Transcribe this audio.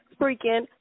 freaking